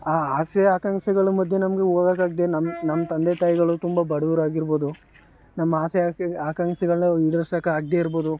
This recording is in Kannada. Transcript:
ಆ ಆಸೆ ಆಕಾಂಕ್ಷೆಗಳು ಮಧ್ಯೆ ನಮ್ಗೆ ಹೋಗೋಕಾಗ್ದೆ ನಮ್ಮ ನಮ್ಮ ತಂದೆ ತಾಯಿಗಳು ತುಂಬ ಬಡವರು ಆಗಿರ್ಬೋದು ನಮ್ಮ ಆಸೆ ಆಕಾಂಕ್ಷೆಗಳು ಈಡೇರ್ಸೋಕಾಗ್ದೆ ಇರ್ಬೋದು